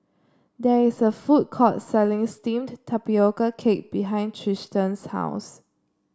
there is a food court selling steamed Tapioca Cake behind Triston's house